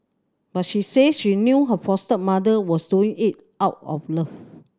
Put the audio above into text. but she said she knew her foster mother was doing it out of love